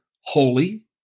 holy